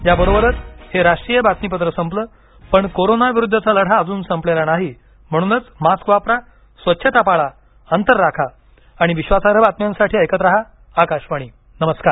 याबरोबरच हे राष्ट्रीय बातमीपत्र संपलं पण कोरोनाविरुद्धचा लढा अजून संपलेला नाही म्हणूनच मास्क वापरा स्वच्छता पाळा अंतर राखा आणि विश्वासार्ह बातम्यांसाठी ऐकत राहा आकाशवाणी नमस्कार